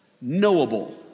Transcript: knowable